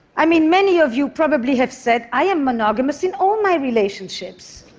i mean, many of you probably have said, i am monogamous in all my relationships.